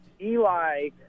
Eli